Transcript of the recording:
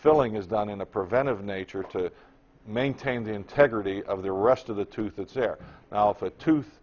filling is done in a preventive nature to maintain the integrity of the rest of the tooth it's there now to tooth